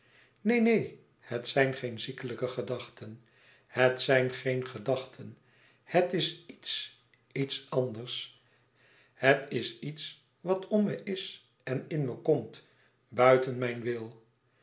neen neen het zijn geen ziekelijke gedachten het zijn geen gedachten het is iets iets anders het is iets wat om me is en in me komt buiten mijn wil